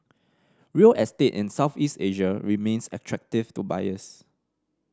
real estate in Southeast Asia remains attractive to buyers